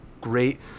great